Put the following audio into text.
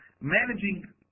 managing